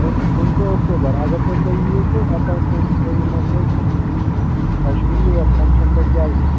پٕن پٕنژٕہ اکتوٗبر اگر تَمہِ دۄہ یِیِو تہٕ اپوایِنٛٹمٮ۪نٛٹ تھٲوِو مےٚ سۭتۍ تہٕ تۄہہِ چھُو یُن یور فَنٛکشَن پٮ۪ٹھ گیٚونہِ